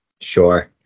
Sure